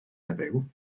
heddiw